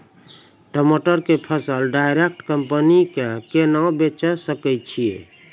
टमाटर के फसल डायरेक्ट कंपनी के केना बेचे सकय छियै?